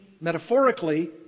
metaphorically